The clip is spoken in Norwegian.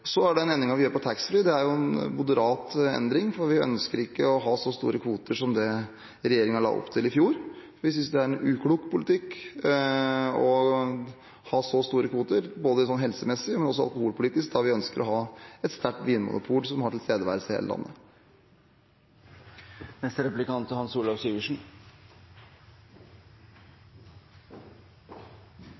Den endringen vi gjør på taxfree, er en moderat endring, for vi ønsker ikke å ha så store kvoter som det regjeringen la opp til i fjor. Vi synes det er en uklok politikk – både helsemessig og alkoholpolitisk – å ha så store kvoter, da vi ønsker å ha et sterkt vinmonopol som har tilstedeværelse i hele landet.